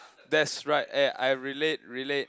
that's right eh I relate relate